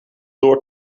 door